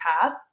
path